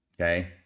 okay